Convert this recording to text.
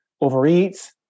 overeat